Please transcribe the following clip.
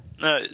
No